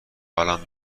حالم